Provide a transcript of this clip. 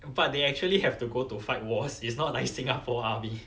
but they actually have to go to fight wars it's not like singapore army